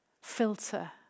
filter